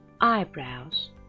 eyebrows